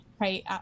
right